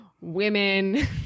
women